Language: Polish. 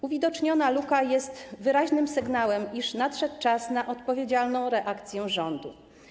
Uwidoczniona luka jest wyraźnym sygnałem, iż nadszedł czas na odpowiedzialną reakcję rządu.